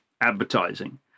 advertising